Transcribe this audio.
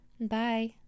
Bye